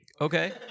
okay